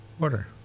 order